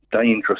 dangerous